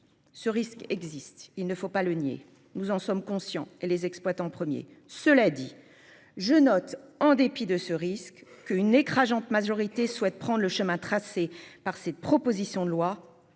Ce risque existe, il ne faut pas le nier. Nous en sommes conscients et les exploitants premier. Cela dit, je note en dépit de ce risque qu'une écrasante majorité souhaite prendre le chemin tracé par cette proposition de loi,